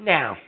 Now